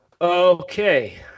Okay